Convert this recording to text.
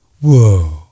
Whoa